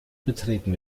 betreten